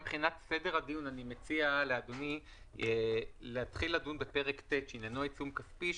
אני מציע לאדוני להתחיל לדון בפרק ט' שעניינו עיצום כספי.